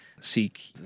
seek